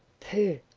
pooh!